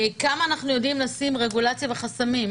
כמה אנחנו יודעים לשים רגולציה וחסמים?